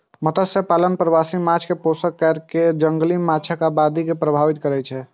मत्स्यपालन प्रवासी माछ कें पोषण कैर कें जंगली माछक आबादी के प्रभावित करै छै